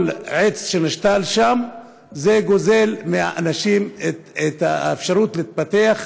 כל עץ שנשתל שם גוזל מהאנשים את האפשרות להתפתח.